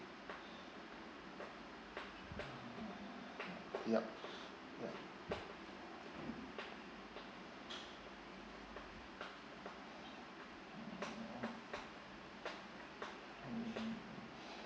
yup yup